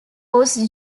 was